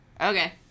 okay